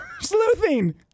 sleuthing